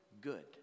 good